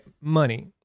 money